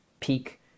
peak